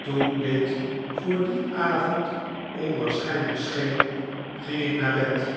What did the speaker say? toen dit voor dien avond onwaarschijnlijk scheen ging ik naar bed